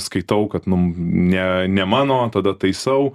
skaitau kad nu ne ne mano tada taisau